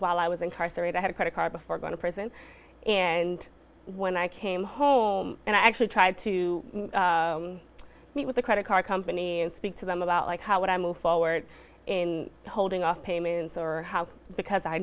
while i was incarcerated had a credit card before going to prison and when i came home and i actually tried to meet with the credit card company and speak to them about like how would i move forward in holding off payments or how because i